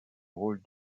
rôle